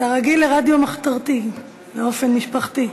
אתה רגיל לרדיו מחתרתי באופן משפחתי.